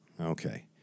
Okay